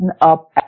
up